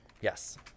yes